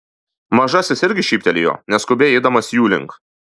mažasis irgi šyptelėjo neskubiai eidamas jų link